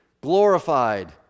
glorified